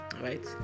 right